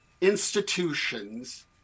institutions